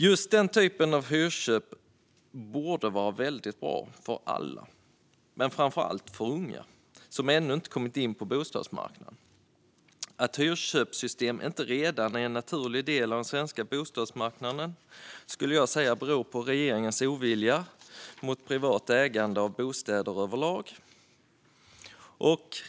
Just den typen av hyrköp borde vara väldigt bra för alla, men framför allt för unga som ännu inte kommit in på bostadsmarknaden. Att hyrköpssystem inte redan är en naturlig del av den svenska bostadsmarknaden skulle jag säga beror på regeringens ovilja till privat ägande av bostäder överlag.